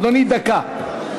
אדוני, דקה.